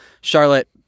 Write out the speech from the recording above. Charlotte